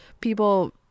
people